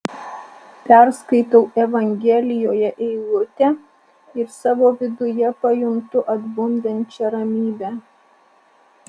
perskaitau evangelijoje eilutę ir savo viduje pajuntu atbundančią ramybę